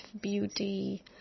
beauty